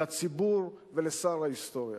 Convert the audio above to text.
לציבור ולשר ההיסטוריה.